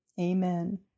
amen